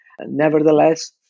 nevertheless